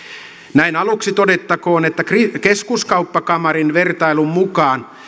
näin aluksi todettakoon että keskuskauppakamarin vertailun mukaan